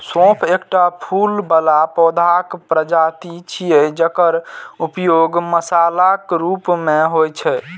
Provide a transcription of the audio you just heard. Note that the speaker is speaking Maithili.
सौंफ एकटा फूल बला पौधाक प्रजाति छियै, जकर उपयोग मसालाक रूप मे होइ छै